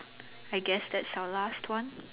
I guess that's our last one